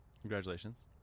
congratulations